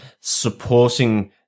supporting